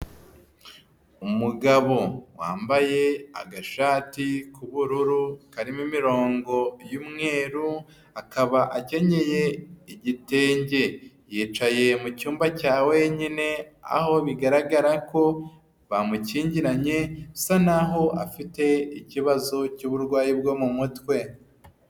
Umugabo wambaye agashati k'ubururu karimo imirongo y'umweru akaba akenyeye igitenge yicaye mu cyumba cya wenyine aho bigaragara ko bamukingiranye bisa naho afite ikibazo cy'uburwayi bwo mu mutwe.